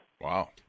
Wow